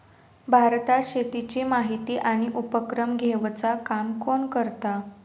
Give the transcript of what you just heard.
भारतात शेतीची माहिती आणि उपक्रम घेवचा काम कोण करता?